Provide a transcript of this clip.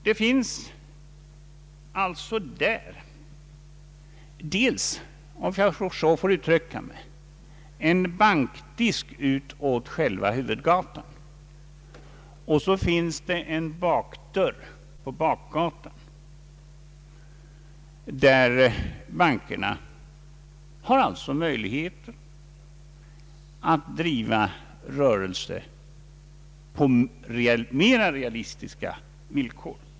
Men det finns där, om jag så får uttrycka mig, dels en bankdisk utåt själva huvudgatan, dels en bakdörr in från bakgatan, där banken har möjligheter att driva rörelse på mera realistiska villkor.